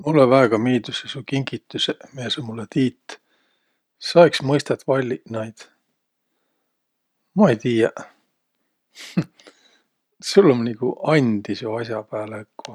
Mullõ väega miildüseq su kingitüseq, miä sa mullõ tiit. Sa iks mõistat valliq naid. Ma ei tiiäq, sul um nigu andi seo as'a pääle õkva.